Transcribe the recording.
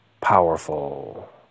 powerful